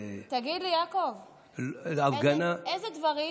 תגיד לי, יעקב, איזה דברים